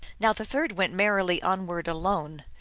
now the third went merrily onward alone,